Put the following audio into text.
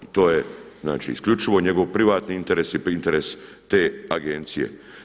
To je znači isključivo njegov privatni interes i interes te agencije.